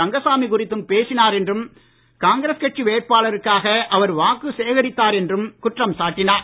ரங்கசாமி குறித்தும் பேசினார் என்றும் காங்கிரஸ் கட்சி வேட்பாளருக்காக அவர் வாக்கு சேகரித்தார் என்றும் குற்றம் சாட்டினார்